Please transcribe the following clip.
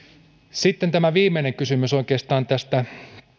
sitten tämä viimeinen kysymys